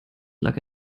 lag